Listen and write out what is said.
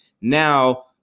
now